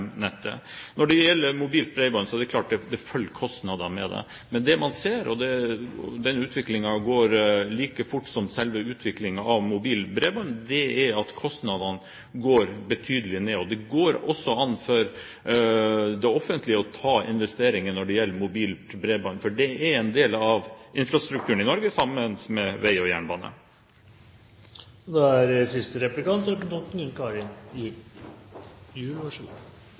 Når det gjelder mobilt bredbånd, er det klart at det følger kostnader med det. Men det man ser – og utviklingen går like fort som selve utviklingen av mobilt bredbånd – er at kostnadene går betydelig ned. Det går også an for det offentlige å ta investeringen når det gjelder mobilt bredbånd, for det er en del av infrastrukturen i Norge, sammen med vei og jernbane.